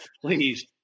please